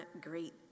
great